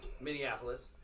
Minneapolis